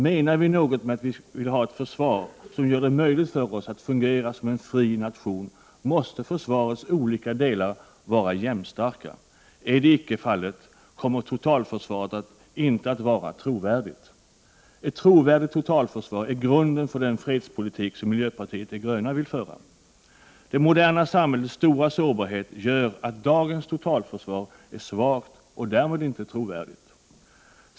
Menar vi något med att vi vill ha ett försvar som gör det möjligt för oss att fungera som en fri nation, måste försvarets olika delar vara jämstarka. Är detta icke fallet kommer totalförsvaret inte att vara trovärdigt. Ett trovärdigt totalförsvar är grunden för den fredspolitik som miljöpartiet de gröna vill föra. Det moderna samhällets stora sårbarhet gör att dagens totalförsvar är svagt och därmed inte trovärdigt.